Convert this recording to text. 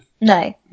No